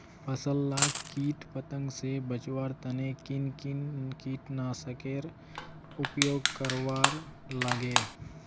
फसल लाक किट पतंग से बचवार तने किन किन कीटनाशकेर उपयोग करवार लगे?